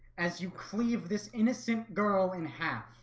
as you cleave this innocent girl in half.